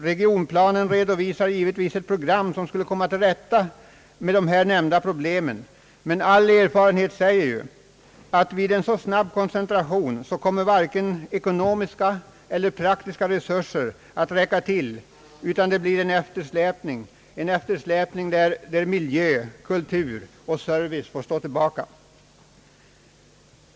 Regionplanen redovisar givetvis ett program som skulle komma till rätta med här nämnda problem, men all erfarenhet visar att vid en så snabb koncentration kommer varken ekonomiska eller praktiska resurser att räcka till. Det blir en eftersläpning där miljö, kultur och service får stå tillbaka.